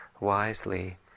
wisely